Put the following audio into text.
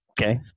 Okay